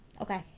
Okay